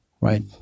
right